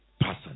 person